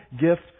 gift